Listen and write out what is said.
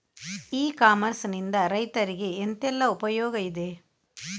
E commerce ನಿಂದ ರೈತರಿಗೆ ಎಂತೆಲ್ಲ ಉಪಯೋಗ ಇದೆ?